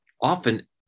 often